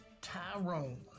Tyrone